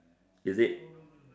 is it